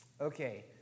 Okay